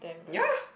ya